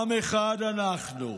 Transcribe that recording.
עם אחד אנחנו,